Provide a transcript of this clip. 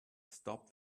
stop